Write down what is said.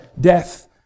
death